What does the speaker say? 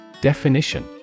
Definition